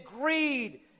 Greed